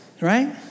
right